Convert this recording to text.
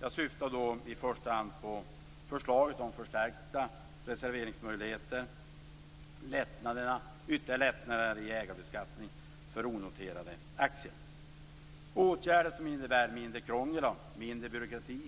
Jag syftar i första hand på förslagen om förstärkta reserveringsmöjligheter och ytterligare lättnader i ägarbeskattning för onoterade aktier, åtgärder som innebär mindre krångel och mindre byråkrati.